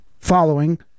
following